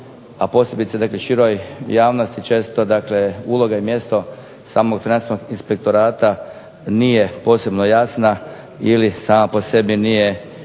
a posebice dakle široj javnosti često dakle uloga i mjesto samog Financijskog inspektorata nije posebno jasna ili sama po sebi nije